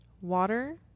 Water